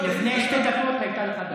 לפני שתי דקות הייתה לך דקה.